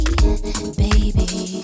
baby